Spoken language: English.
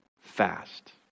fast